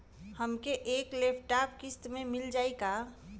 हमके एक लैपटॉप किस्त मे मिल जाई का?